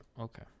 Okay